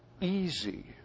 easy